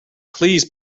please